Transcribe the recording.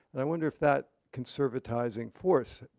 and i wonder if that conservatizing force,